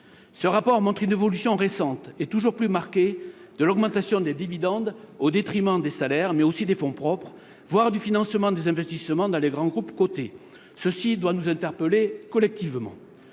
Ce rapport montre une évolution récente, toujours plus marquée, vers l'augmentation des dividendes au détriment des salaires, mais aussi des fonds propres, voire du financement des investissements dans les grands groupes cotés. Cela doit nous interpeller collectivement.